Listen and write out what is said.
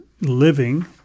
living